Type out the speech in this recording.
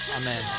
Amen